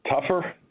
Tougher